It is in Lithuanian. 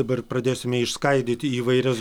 dabar pradėsime išskaidyti į įvairias